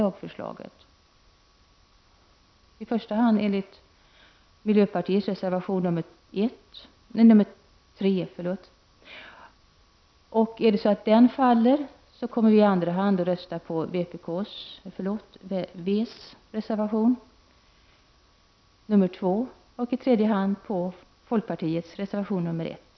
Jag yrkar i första hand bifall till miljöpartiets reservation 3. Om den faller kommer vi i andra hand att rösta på vänsterpartiets reservation nr 2 och i tredje hand på folkpartiets reservation nr 1.